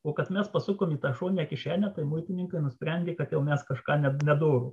o kad mes pasukom į tą šoninę kišenę tai muitininkai nusprendė kad jau mes kažką ne nedoro